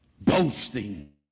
Boasting